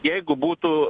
jeigu būtų